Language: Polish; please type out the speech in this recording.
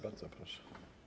Bardzo proszę.